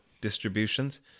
distributions